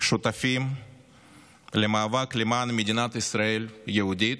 שותפים למאבק למען מדינת ישראל יהודית,